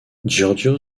giorgio